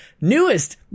newest